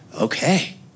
okay